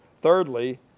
Thirdly